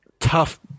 tough